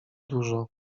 dużo